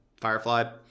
Firefly